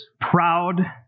proud